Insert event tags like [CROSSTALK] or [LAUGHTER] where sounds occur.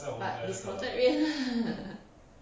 but discounted rate lah [LAUGHS]